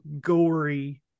gory